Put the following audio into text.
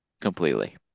completely